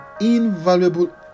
invaluable